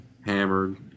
hammered